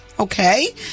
Okay